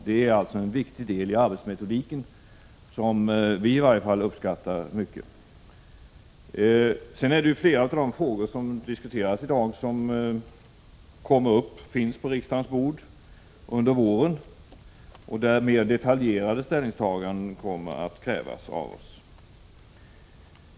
Det är alltså en viktig del i arbetsmetodiken, som vi i alla fall uppskattar mycket. Flera av de frågor som diskuteras i dag kommer att finnas på riksdagens bord under våren, och i samband därmed kommer mer detaljerade ställningstaganden att krävas av oss.